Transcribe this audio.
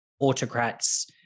autocrats